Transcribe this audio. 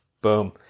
Boom